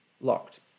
locked